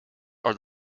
are